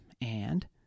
and